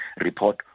report